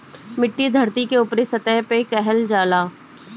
मिट्टी धरती के ऊपरी सतह के कहल जाला